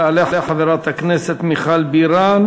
תעלה חברת הכנסת מיכל בירן,